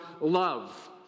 love